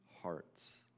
hearts